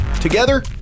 Together